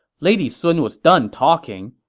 lady sun was done talking.